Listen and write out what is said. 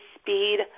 speed